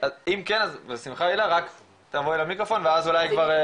יש לאבא שלי רק שתי בנות, אני ואחותי.